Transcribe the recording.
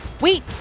Wait